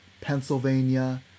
Pennsylvania